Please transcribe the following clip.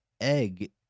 egg